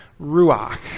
Ruach